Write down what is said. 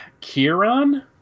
Kieran